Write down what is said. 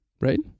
right